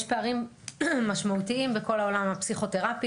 יש פערים משמעותיים בכל העולם הפסיכותרפי.